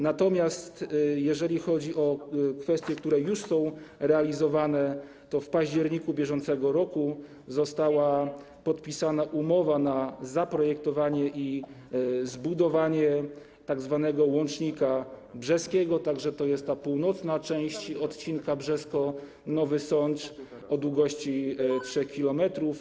Natomiast jeżeli chodzi o sprawy, które już są realizowane, to w październiku br. została podpisana umowa na zaprojektowanie i zbudowanie tzw. łącznika brzeskiego, to jest północna część odcinka Brzesko - Nowy Sącz o długości 3 km.